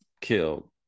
killed